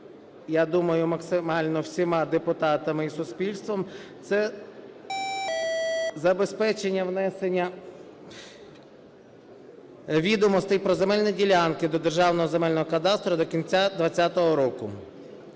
я думаю, максимально всіма депутатами і суспільством, це забезпечення внесення відомостей про земельні ділянки до Державного земельного кадастру до кінця 2020 року.